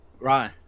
Right